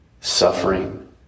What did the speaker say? suffering